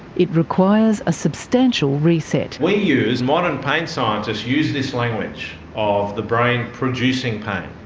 it requires a substantial reset. we use, modern pain scientists, use this language of the brain producing pain.